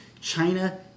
China